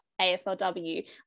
AFLW